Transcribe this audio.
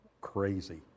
crazy